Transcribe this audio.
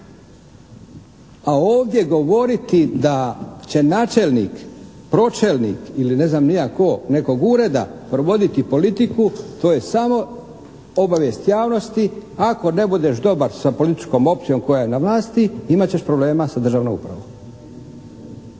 A ovdje govoriti da će načelnik, pročelnik ili ne znam ni ja tko, nekog ureda provoditi politiku to je samo obavijest javnosti ako ne budeš dobar sa političkom opcijom koja je na vlasti imat ćeš problema sa državnom upravom.